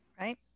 Right